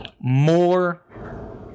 more